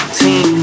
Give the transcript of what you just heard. team